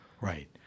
Right